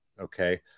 okay